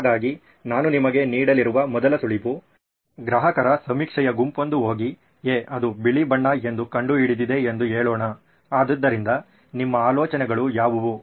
ಹಾಗಾಗಿ ನಾನು ನಿಮಗೆ ನೀಡಲಿರುವ ಮೊದಲ ಸುಳಿವು ಗ್ರಾಹಕರ ಸಮೀಕ್ಷೆಯ ಗುಂಪೊಂದು ಹೋಗಿ ಹೇ ಅದು ಬಿಳಿ ಎಂದು ಕಂಡುಹಿಡಿದಿದೆ ಎಂದು ಹೇಳೋಣ ಆದ್ದರಿಂದ ನಿಮ್ಮ ಆಲೋಚನೆಗಳು ಯಾವುವು